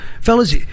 fellas